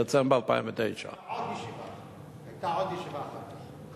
דצמבר 2009. היתה עוד ישיבה אחת.